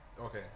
Okay